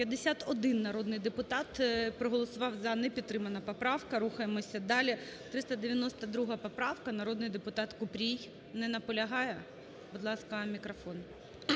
51 народний депутат проголосував "за". Не підтримана поправка, рухаємося далі. 392 поправка. Народний депутат Купрій. Не наполягає? Будь ласка, мікрофон.